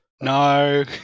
No